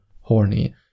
horny